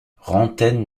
rantaine